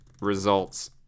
results